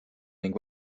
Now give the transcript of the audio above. ning